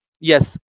Yes